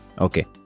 Okay